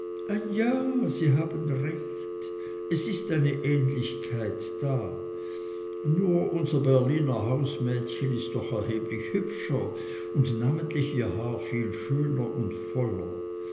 ja sie haben recht es ist eine ähnlichkeit da nur unser berliner hausmädchen ist doch erheblich hübscher und namentlich ihr haar viel schöner und voller